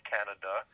Canada